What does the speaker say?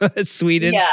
Sweden